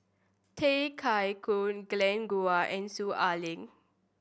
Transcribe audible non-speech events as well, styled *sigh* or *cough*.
Tay *unintelligible* Koi Glen Goei and Soon Ai Ling